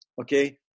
Okay